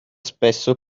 spesso